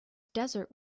desert